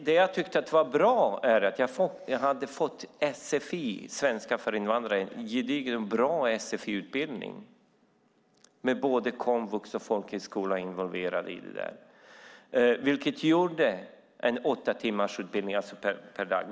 Det jag tyckte var bra var att jag fick sfi, svenska för invandrare, en gedigen och bra sfi-utbildning med både komvux och folkhögskola involverade, alltså en åttatimmarsutbildning per dag.